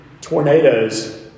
tornadoes